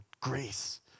grace